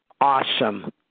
Awesome